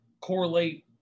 correlate